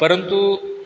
परंतु